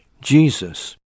Jesus